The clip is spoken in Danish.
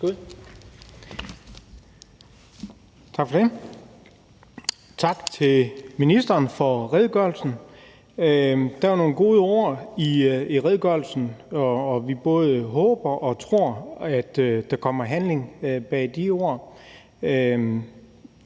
Tak for det. Tak til ministeren for redegørelsen. Der var nogle gode ord i redegørelsen, og vi både håber og tror, at der kommer handling bag de ord.